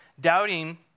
doubting